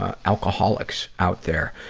ah alcoholics out there.